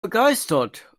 begeistert